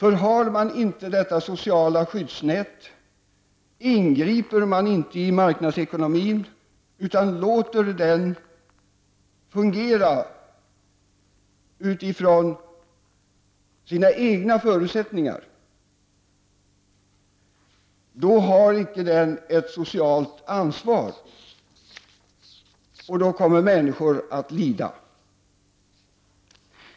Om man inte har ett socialt skyddsnät och om man inte ingriper i marknadsekonomin utan låter den fungera utifrån sina egna förutsättningar, har den icke ett socialt ansvar och då kommer människor att få lida.